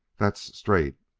that's straight,